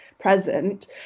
present